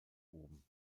oben